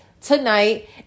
tonight